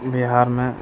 बिहारमे